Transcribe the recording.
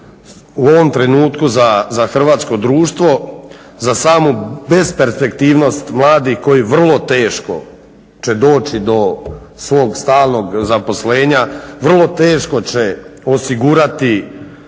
u ovom trenutku za hrvatsko društvo, za samu besperspektivnost mladih koji vrlo teško će doći do svog stalnog zaposlenja, vrlo teško će osigurati